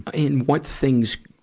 in what things,